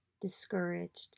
discouraged